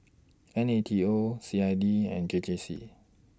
N A T O C I D and K J C